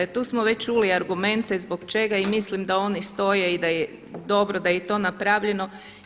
Tu smo već čuli i argumente zbog čega i mislim da oni stoje i da je dobro da je i to napravljeno.